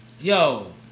yo